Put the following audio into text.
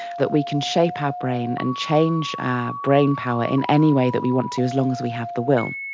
that we can shape our brain and change our brain power in any way that we want to as long as we have the will.